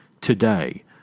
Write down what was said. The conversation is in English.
Today